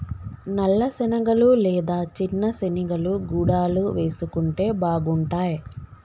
నల్ల శనగలు లేదా చిన్న శెనిగలు గుడాలు వేసుకుంటే బాగుంటాయ్